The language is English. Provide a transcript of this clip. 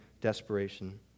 desperation